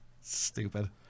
Stupid